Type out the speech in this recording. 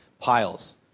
piles